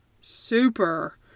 super